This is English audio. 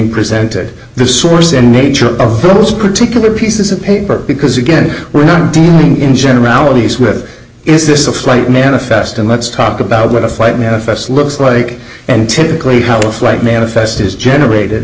presented the source and nature of those particular pieces of paper because again we're not dealing in generalities with is this a flight manifest and let's talk about what a flight manifest looks like and typically how a flight manifest is generated